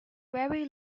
very